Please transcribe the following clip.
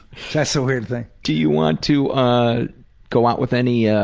yeah so weird thing. do you want to ah go out with any yeah